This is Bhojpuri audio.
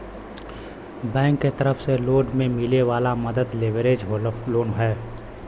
बैंक के तरफ से लोन में मिले वाला मदद लेवरेज लोन हौ